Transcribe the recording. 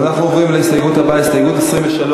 אנחנו עוברים להסתייגות 23,